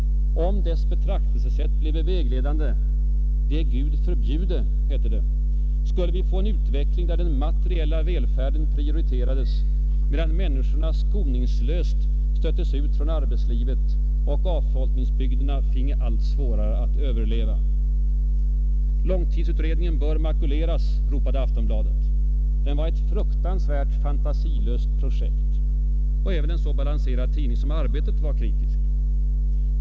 Om dess betraktelsesätt bleve vägledande — det Gud förbjude — skulle vi få en utveckling där den materiella välfärden prioriterades medan människorna skoningslöst stöttes ut från arbetslivet och avfolkningsbygderna finge allt svårare att överleva.” ”Långtidsutredningen bör makuleras”, ropade Aftonbladet, som betecknade den som ett fruktansvärt fantasilöst projekt. Även en så balanserad tidning som Arbetet var kritisk.